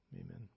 amen